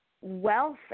wealth